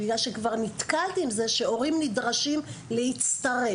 בגלל שכבר נתקלתי עם זה שהורים נדרשים להצטרף,